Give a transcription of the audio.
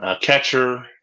catcher